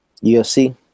UFC